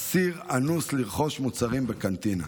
אסיר אנוס לרכוש מוצרים בקנטינה.